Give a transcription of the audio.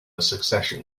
succession